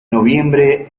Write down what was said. noviembre